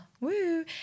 woo